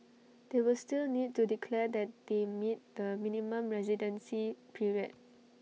they will still need to declare that they meet the minimum residency period